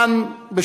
כאן,